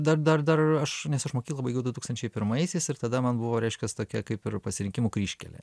dar dar dar aš nes aš mokyklą baigiau du tūkstančiai pirmaisiais ir tada man buvo reiškiasi tokia kaip ir pasirinkimų kryžkelė